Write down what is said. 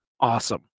Awesome